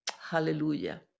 Hallelujah